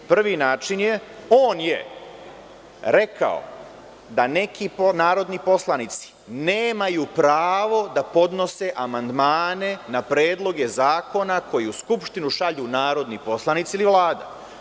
Prvi način, on je rekao da neki narodni poslanici nemaju pravo da podnose amandmane na predloge zakona koje u Skupštinu šalju narodni poslanici ili Vlada.